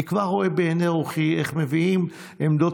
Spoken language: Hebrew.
אני כבר רואה בעיני רוחי איך מביאים עמדות